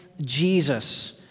Jesus